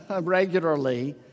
regularly